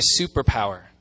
superpower